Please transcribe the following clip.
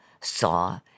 saw